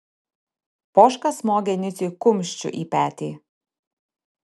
poška smogė niciui kumščiu į petį